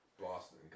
Boston